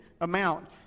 amount